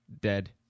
dead